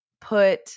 put